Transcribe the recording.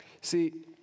See